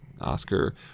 Oscar